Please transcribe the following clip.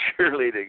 cheerleading